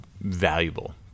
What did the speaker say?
valuable